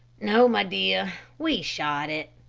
no, my dear, we shot it.